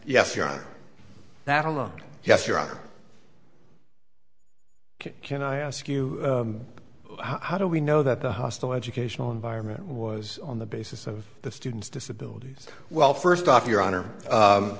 yes you're on that hello yes your honor can i ask you how do we know that the hostile educational environment was on the basis of the student's disabilities well first off your honor